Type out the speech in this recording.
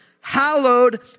hallowed